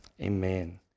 amen